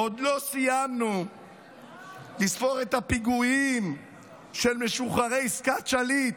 עוד לא סיימנו לספור את הפיגועים של משוחררי עסקת שליט.